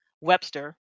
Webster